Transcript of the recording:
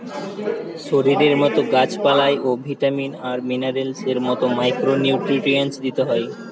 শরীরের মতো গাছ পালায় ও ভিটামিন আর মিনারেলস এর মতো মাইক্রো নিউট্রিয়েন্টস দিতে হয়